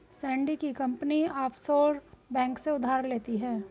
Sandy की company offshore bank से उधार लेती है